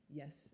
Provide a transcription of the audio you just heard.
yes